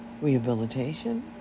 Rehabilitation